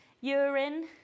urine